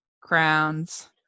crowns